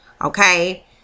Okay